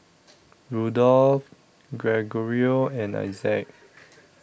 Rudolph Gregorio and Isaac